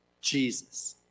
Jesus